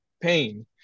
pain